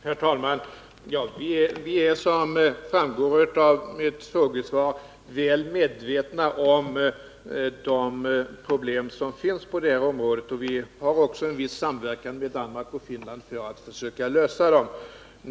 Herr talman! Vi är, som framgår av mitt frågesvar, väl medvetna om de problem som finns på det här området. Vi har också en viss samverkan med Danmark och Finland för att försöka lösa dem.